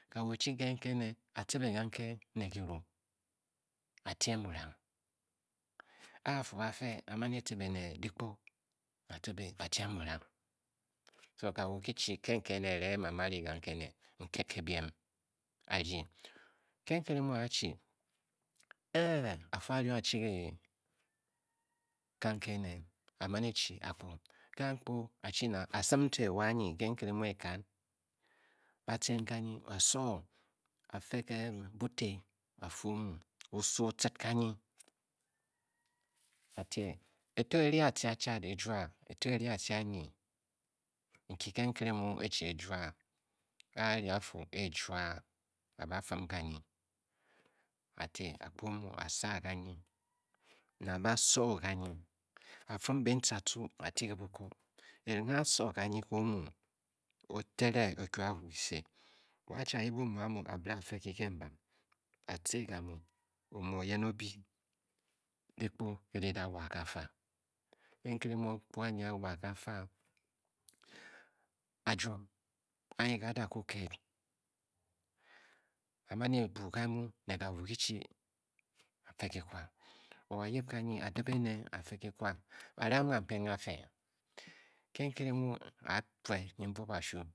Kanu kichi nke ke ene a tcibe kanke ne kiru a-tiem burang aa fuaa fe a mau e-tcibe ne dikpu a-tcibe tiem burang so kawu kichi ke nke ene erenghe ba mu a rying kanke ene, nke ke bien a rdyi ke nkere mu a a chi e-e a fii a nung a chi kanke ene, e mau e chi akpu, ke akpu a chi na? a sim to ewa anyi ke nkere mu-ee-ka ba tcen kanyi a soo a-fe ke bu te, a fe omu o su o tcid kanyi eti e ri atce anyi ne e-fua e to e-ri atce anyinki ke nkere mu e-chi e-jua ke a ryi a fu e-e-fua. a ben fim kanyi a te a kpe omu a saa kanyi ne a ba kanyi a fim be ntcatcu, a ti ke buko e renghe a soo kanyi ke omi, o dere o a kwu kise wo a-chi a yip omu amu a biré a fe ke kenbam a tǎ gamu, omu oyen o bii dikpu ke di da wa ka fa a, a ekete mu akpu anyi a wa kafa a-jwom anyi nke a da kwu ked a man e-buu kamu ne kawu kichi a fe kikwa or a-yip ganyi a dip ene a de kikwa ba ran kanpen kafe ke nkere mu aafe nyi mbuob kashu